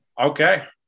Okay